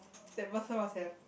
that person must have